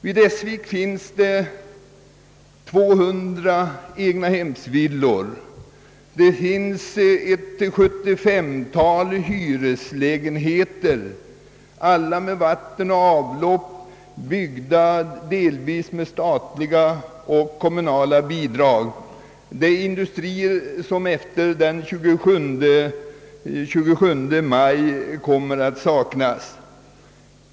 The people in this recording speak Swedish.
I Essvik finns 200 egnahemsvillor och omkring 795 hyreslägenheter, alla med vatten och avlopp, byggda delvis med statliga och kommunala bidrag. Det är industrier som efter den 27 maj kommer att saknas.